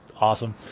awesome